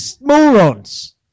morons